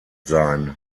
sein